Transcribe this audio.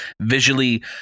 visually